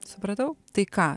supratau tai ką